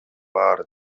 баары